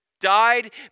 died